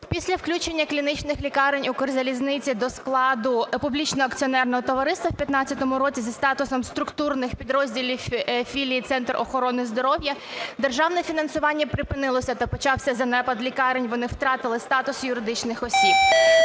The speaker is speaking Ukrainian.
Після включення клінічних лікарень Укрзалізниці до складу публічного акціонерного товариства в 2015-му році зі статусом структурних підрозділів філії Центру охорони здоров'я державне фінансування припинилося та почався занепад лікарень, вони втратили статус юридичних осіб.